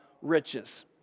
riches